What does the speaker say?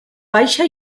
baixa